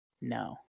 no